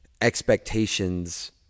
expectations